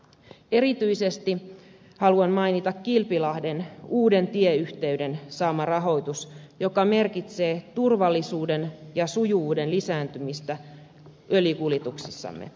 erityisesti haluan mainita kilpilahden uuden tieyhteyden saaman rahoituksen joka merkitsee turvallisuuden ja sujuvuuden lisääntymistä öljykuljetuksissamme